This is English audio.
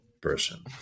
person